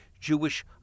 Jewish